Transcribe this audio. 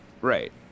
right